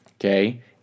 okay